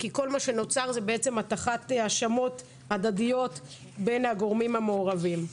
כי כל מה שנוצר זה בעצם הטחת האשמות הדדיות בין הגורמים המעורבים.